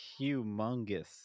humongous